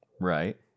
Right